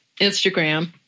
Instagram